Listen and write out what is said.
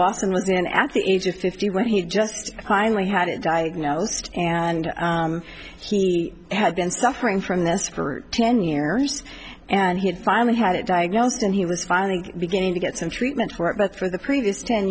lawson was in at the age of fifty when he just finally it diagnosed and he had been suffering from this for ten years and he had finally had it diagnosed and he was finally beginning to get some treatment for it but for the previous ten